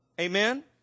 Amen